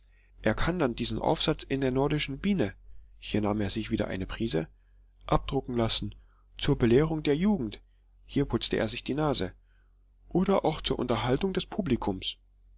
er kann dann diesen aufsatz in der nordischen biene hier nahm er sich wieder eine prise abdrucken lassen zur belehrung der jugend hier putzte er sich die nase oder auch zur unterhaltung des publikums